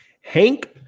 Hank